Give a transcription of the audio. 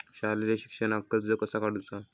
शालेय शिक्षणाक कर्ज कसा काढूचा?